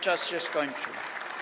Czas się skończył.